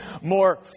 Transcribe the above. more